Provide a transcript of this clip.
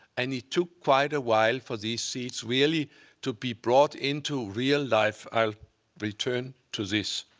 and it took quite a while for these seeds really to be brought into real life. i'll return to this,